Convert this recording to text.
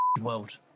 world